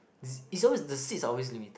is is always the sit are always limited